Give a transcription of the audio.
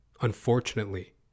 unfortunately